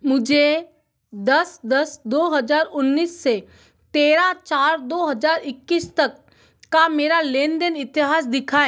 मुझे दस दस दो हजार उन्नीस से तेरह चार दो हज़ार इक्कीस तक का मेरा लेन देन इतिहास दिखाएँ